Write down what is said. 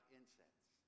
incense